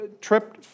tripped